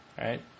right